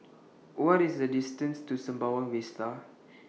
What IS The distance to Sembawang Vista